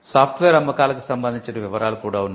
soft wear అమ్మకాలకు సంబంధించిన వివరాలు కూడా ఉన్నాయి